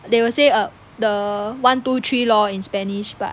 they will say err the one to three lor in spanish but